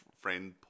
friend